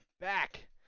back